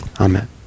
Amen